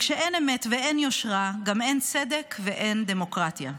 כשאין אמת ואין יושרה, גם אין צדק ואין דמוקרטיה.